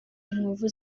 inkovu